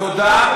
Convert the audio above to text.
תודה.